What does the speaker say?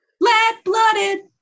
Lead-Blooded